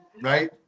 right